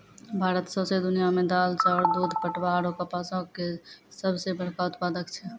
भारत सौंसे दुनिया मे दाल, चाउर, दूध, पटवा आरु कपासो के सभ से बड़का उत्पादक छै